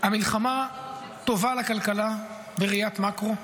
המלחמה טובה לכלכלה בראיית מקרו.